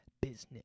business